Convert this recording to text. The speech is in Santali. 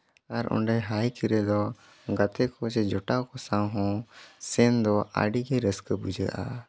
ᱟᱨ ᱚᱸᱰᱮ ᱦᱟᱭᱤᱠ ᱨᱮᱫᱚ ᱜᱟᱛᱮ ᱠᱚᱥᱮ ᱡᱚᱴᱟᱣ ᱠᱚ ᱥᱟᱶ ᱦᱚᱸ ᱥᱮᱱ ᱫᱚ ᱟᱹᱰᱮ ᱨᱟᱹᱥᱠᱟᱹ ᱵᱩᱡᱷᱟᱹᱜᱼᱟ